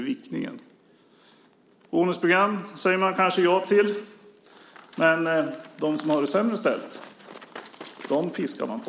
Bonusprogram säger man kanske ja till, men de som har det sämre ställt piskar man på.